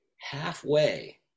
halfway